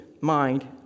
mind